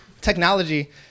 Technology